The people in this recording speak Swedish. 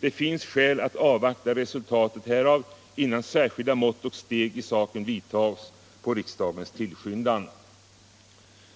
Det finns skäl att avvakta resultatet härav innan särskilda mått och steg i saken vidtas på riksdagens